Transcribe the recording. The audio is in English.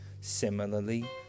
Similarly